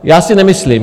Já si to nemyslím.